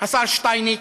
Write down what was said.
השר שטייניץ?